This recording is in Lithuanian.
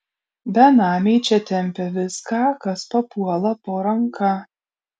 benamiai čia tempia viską kas papuola po ranka